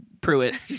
Pruitt